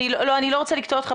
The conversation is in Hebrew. אני לא רוצה לקטוע אותך,